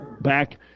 back